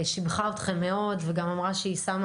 שיבחה אתכם מאוד וגם אמרה שהיא שמה